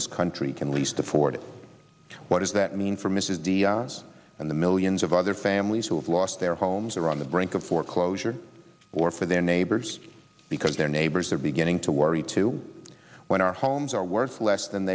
this country can least afford it what does that mean for mrs diaz and the millions of other families who have lost their homes or on the brink of foreclosure or for their neighbors because their neighbors are beginning to worry too when our homes are worth less than